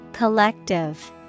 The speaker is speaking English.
Collective